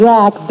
Jack